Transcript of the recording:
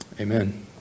Amen